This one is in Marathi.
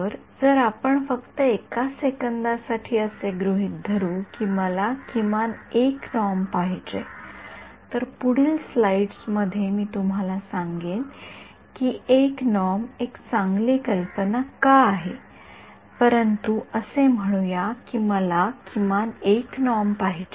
तर जर आपण फक्त एका सेकंदासाठी असे गृहित धरू की मला किमान १ नॉर्म पाहिजे तर पुढील स्लाइड्स मध्ये मी तुम्हाला सांगेन की १ नॉर्मएक चांगली कल्पना का आहे परंतु असे म्हणूया की मला किमान १ नॉर्म पाहिजे